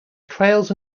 trails